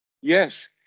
Yes